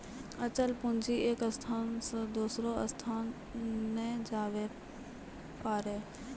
अचल पूंजी एक स्थान से दोसरो स्थान नै जाबै पारै